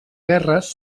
guerres